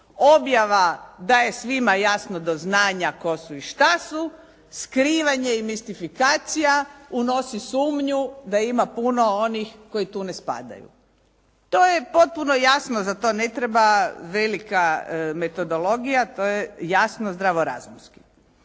Objava daje svima jasno do znanja tko su i šta su. Skrivanje i mistifikacija unosi sumnju da ima puno onih koji tu ne spadaju. To je potpuno jasno za to. Ne treba velika metodologija. To je jasno zdravo razumski.